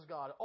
God